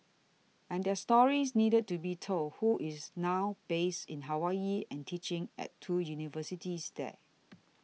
and their stories needed to be told who is now based in Hawaii and teaching at two universities there